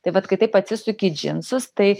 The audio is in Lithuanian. tai vat kai taip atsisuki į džinsus tai